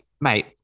mate